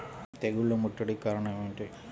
తెగుళ్ల ముట్టడికి కారణం ఏమిటి?